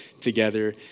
together